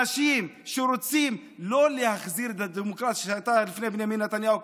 אנשים שרוצים לא להחזיר את הדמוקרטיה שהייתה לפני בנימין נתניהו,